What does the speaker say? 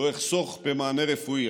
לא אחסוך במענה רפואי.